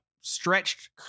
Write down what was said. stretched